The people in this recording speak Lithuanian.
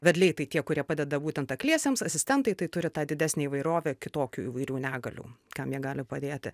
vedliai tai tie kurie padeda būtent akliesiems asistentai tai turi tą didesnę įvairovę kitokių įvairių negalių kam jie gali padėti